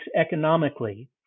economically